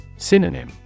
Synonym